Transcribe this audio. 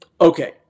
Okay